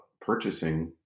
purchasing